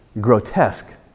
grotesque